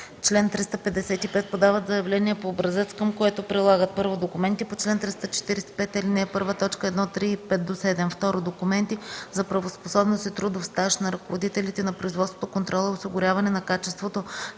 чл. 355 подават заявление по образец, към което прилагат: 1. документите по чл. 345, ал. 1, т. 1, 3 и 5-7; 2. документи за правоспособност и трудов стаж на ръководителите на производството, контрола и осигуряване на качеството